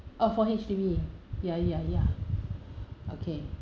oh for H_D_B ya ya ya okay